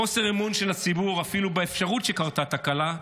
חוסר אמון של הציבור אפילו באפשרות שקרתה תקלה,